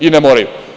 I ne moraju.